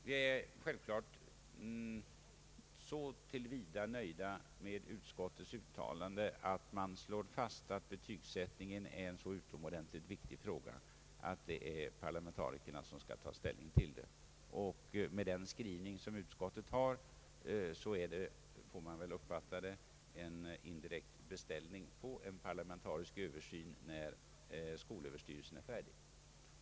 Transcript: Vi är självklart så till vida nöjda med utskottets uttalande att det slås fast att betygsättningen är en så utomordentligt viktig fråga att det är parlamentarikerna som skall ta ställning till den. Utskottets skrivning får väl uppfattas som en indirekt beställning på en parlamentarisk översyn när skolöverstyrelsen är färdig.